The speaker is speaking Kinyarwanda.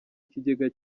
ikigega